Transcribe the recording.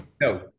No